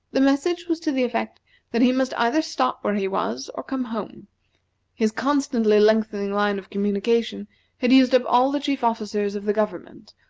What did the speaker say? the message was to the effect that he must either stop where he was or come home his constantly lengthening line of communication had used up all the chief officers of the government,